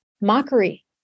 Mockery